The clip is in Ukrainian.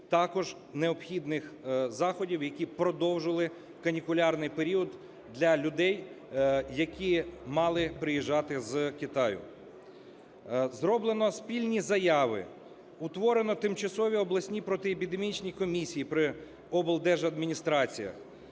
також необхідних заходів, які продовжили канікулярний період для людей, які мали приїжджати з Китаю. Зроблено спільні заяви, утворено тимчасові обласні протиепідемічні комісії при облдержадміністраціях,